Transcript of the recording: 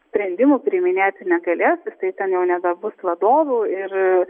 sprendimų priiminėti negalės jisai ten jau nebebus vadovu ir